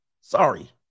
Sorry